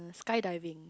skydiving